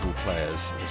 players